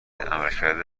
عملکرد